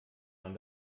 man